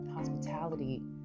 Hospitality